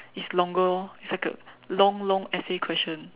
it's longer orh it's like a long long essay question